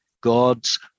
God's